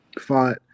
Fought